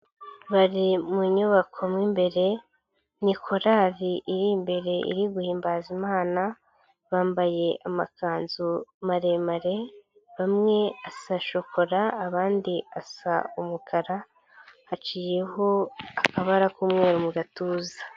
Bari mu nyubako mo imbere ni korali iri imbere, iri guhimbaza Imana bambaye amakanzu maremare bamwe asa shokora abandi asa umukara haciyemo akabara k'umweru mu gatuza.